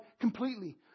completely